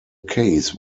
case